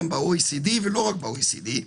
גם ב-OECD ולא רק ב-OECD,